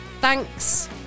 Thanks